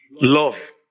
Love